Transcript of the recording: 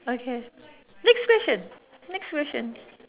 okay next question next question